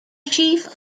chief